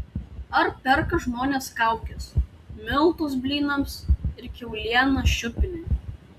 ar perka žmonės kaukes miltus blynams ir kiaulieną šiupiniui